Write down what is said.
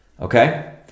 Okay